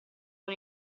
con